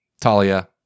Talia